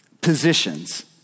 positions